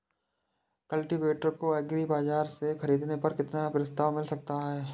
Cultivator को agri बाजार से ख़रीदने पर कितना प्रस्ताव मिल सकता है?